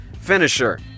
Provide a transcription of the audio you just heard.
finisher